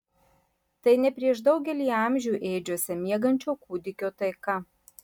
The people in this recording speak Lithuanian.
tai ne prieš daugelį amžių ėdžiose miegančio kūdikio taika